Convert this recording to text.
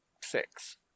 six